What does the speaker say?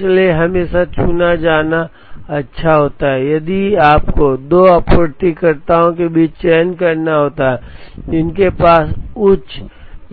इसलिए यह हमेशा चुना जाना अच्छा होता है यदि आपको 2 आपूर्तिकर्ताओं के बीच चयन करना होता है जिनके पास उच्च